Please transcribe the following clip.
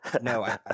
No